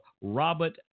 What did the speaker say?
Robert